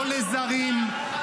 לא לזרים,